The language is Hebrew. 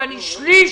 ואני שליש